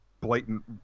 blatant